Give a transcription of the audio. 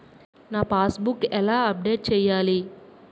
నా passbook ఎలా update చేయాలి?